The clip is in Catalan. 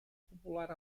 popular